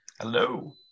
hello